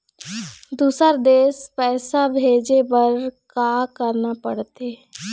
दुसर देश पैसा भेजे बार का करना पड़ते?